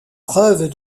preuve